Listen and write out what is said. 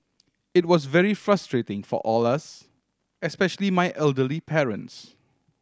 it was very frustrating for all us especially my elderly parents